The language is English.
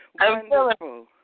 Wonderful